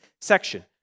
section